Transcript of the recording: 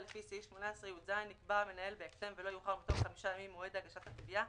בתוך 97 ימים מיום ט' באייר התש"ף (3 במאי 2020),